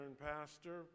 pastor